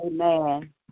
amen